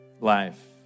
life